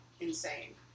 insane